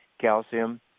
calcium